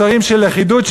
מסרים של לכידות,